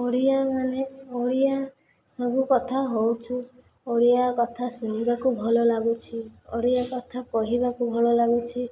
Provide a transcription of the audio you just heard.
ଓଡ଼ିଆ ମାନେ ଓଡ଼ିଆ ସବୁ କଥା ହେଉଛୁ ଓଡ଼ିଆ କଥା ଶୁଣିବାକୁ ଭଲ ଲାଗୁଛି ଓଡ଼ିଆ କଥା କହିବାକୁ ଭଲ ଲାଗୁଛି